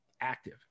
active